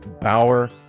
Bauer